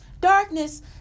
darkness